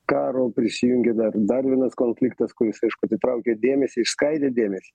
karo prisijungė dar dar vienas konfliktas kuris aišku atitraukė dėmesį išskaidė dėmesį